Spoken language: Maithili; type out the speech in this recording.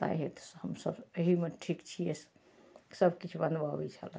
ताहि हेतु हमसभ एहिमे ठीक छिए सबकिछु बनबऽ अबै छलै